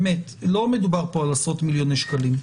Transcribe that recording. באמת לא מדובר פה על עשרות מיליוני שקלים.